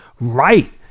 right